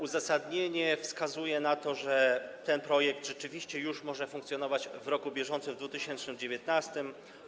Uzasadnienie wskazuje na to, że ten projekt rzeczywiście już może funkcjonować w roku bieżącym, w 2019 r.